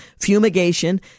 fumigation